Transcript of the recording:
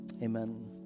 Amen